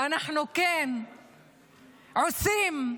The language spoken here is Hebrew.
כן עושים צעד,